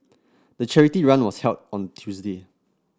the charity run was held on Tuesday